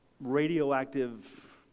radioactive